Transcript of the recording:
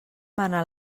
mana